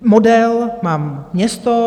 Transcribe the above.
Model mám město.